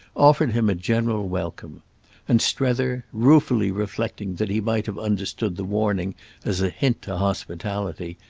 offered him a general welcome and strether, ruefully reflecting that he might have understood the warning as a hint to hospitality,